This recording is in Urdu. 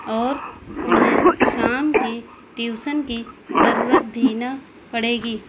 اور انہیں شام کی ٹیوسن کی ضروت بھی نہ پڑے گی